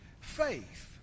faith